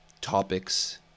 topics